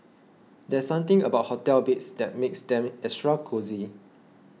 there's something about hotel beds that makes them extra cosy